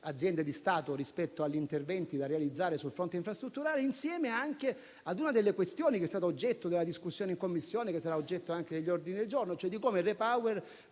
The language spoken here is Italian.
aziende di Stato rispetto agli interventi da realizzare sul fronte infrastrutturale. C'è poi anche una delle questioni che è stata oggetto della discussione in Commissione e che sarà oggetto anche degli ordini del giorno, vale a dire come il REPower